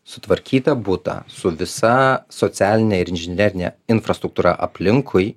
sutvarkytą butą su visa socialine ir inžinerine infrastruktūra aplinkui